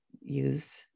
use